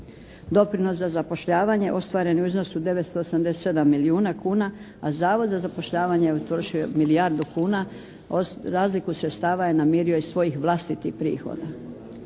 Doprinos za zapošljavanje ostvaren je u iznosu 987 milijuna kuna, a Zavod za zapošljavanje utrošio je milijardu kuna. Razliku sredstava je namirio iz svojih vlastitih prihoda.